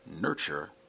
nurture